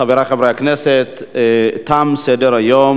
חברי חברי הכנסת, תם סדר-היום.